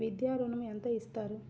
విద్యా ఋణం ఎంత ఇస్తారు?